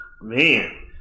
Man